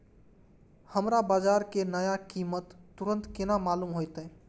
हमरा बाजार के नया कीमत तुरंत केना मालूम होते?